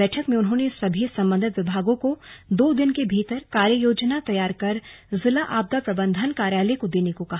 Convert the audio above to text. बैठक में उन्होंने सभी संबंधित विभागों को दो दिन के भीतर कार्ययोजना तैयार कर जिला आपदा प्रबंधन कार्यालय को देने को कहा